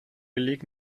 beleg